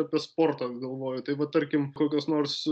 apie sportą galvoju tai va tarkim kokios nors